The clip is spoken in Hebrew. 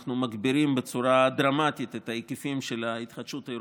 אנחנו מגבירים בצורה דרמטית את ההיקפים של ההתחדשות העירונית.